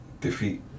defeat